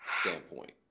standpoint